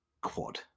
quad